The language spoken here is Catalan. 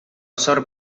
sort